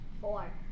Four